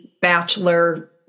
bachelor